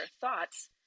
thoughts